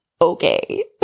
okay